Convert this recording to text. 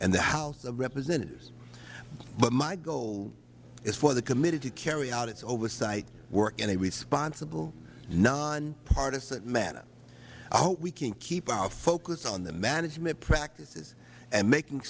and the house of representatives but my goal is for the committee to carry out its oversight work in a responsible non partisan manner i hope we can keep our focus on the management practices and making